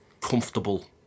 comfortable